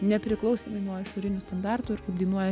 nepriklausomai nuo išorinių standartų ir kur dainuoja